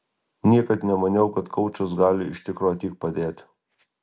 niekad nemaniau kad koučas gali iš tikro tiek padėti